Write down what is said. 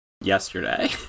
yesterday